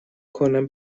کنم